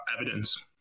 evidence